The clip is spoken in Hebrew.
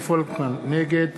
נגד